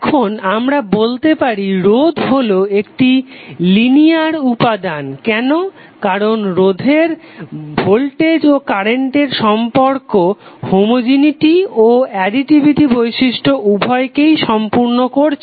এখন আমরা বলতে পারি রোধ হলো একটি লিনিয়ার উপাদান কেন কারণ রোধের ভোল্টেজ ও কারেন্টের সম্পর্ক হোমোজেনেটি ও অ্যাডিটিভিটি বৈশিষ্ট্য উভয়কেই সম্পূর্ণ করছে